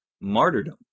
martyrdom